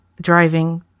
driving